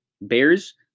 Bears